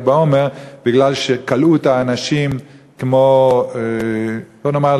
בעומר משום שכלאו את האנשים כמו בוא נאמר,